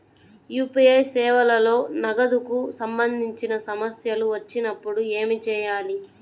UPI సేవలలో నగదుకు సంబంధించిన సమస్యలు వచ్చినప్పుడు ఏమి చేయాలి?